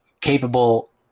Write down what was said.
Capable